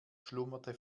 schlummerte